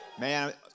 Man